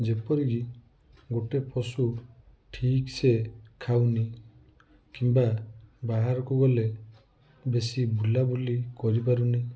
ଯେପରିକି ଗୋଟେ ପଶୁ ଠିକ୍ ସେ ଖାଉନି କିମ୍ବା ବାହାରକୁ ଗଲେ ବେଶୀ ବୁଲାବୁଲି କରିପାରୁନି